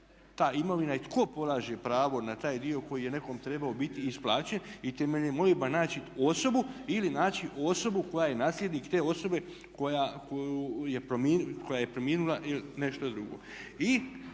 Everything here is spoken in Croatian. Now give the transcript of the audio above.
ta imovina i tko polaže pravo na taj dio koji je nekom trebao biti isplaćen i temeljem OIB-a naći osobu ili naći osobu koja je nasljednik te osobe koja je preminula ili nešto drugo.